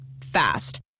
Fast